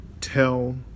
tell